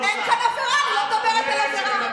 אין כאן עבירה, אני לא מדברת על עבירה.